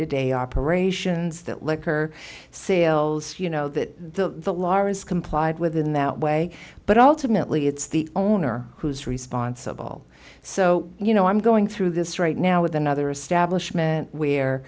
to day operations that liquor sales you know that the the lara's complied with in that way but ultimately it's the owner who is responsible so you know i'm going through this right now with another